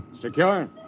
Secure